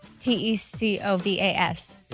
T-E-C-O-V-A-S